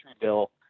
bill